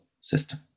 system